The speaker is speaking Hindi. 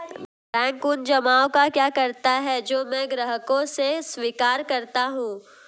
बैंक उन जमाव का क्या करता है जो मैं ग्राहकों से स्वीकार करता हूँ?